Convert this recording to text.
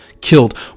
killed